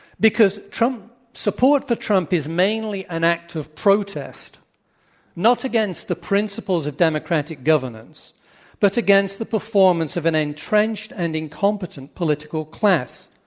because trump support for trump is mainly an act of protest not against the principles of democratic governance but against the performance of an entrenched and incompetent political class.